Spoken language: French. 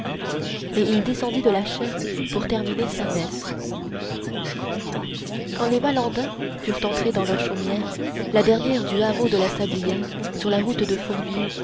et il descendit de la chaire pour terminer sa messe quand les malandain furent rentrés dans leur chaumière la dernière du hameau de la sablière sur la route de fourville